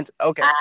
Okay